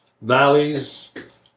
valleys